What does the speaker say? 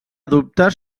dubtes